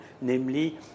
namely